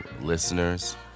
listeners